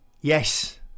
Yes